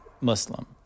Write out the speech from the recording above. Muslim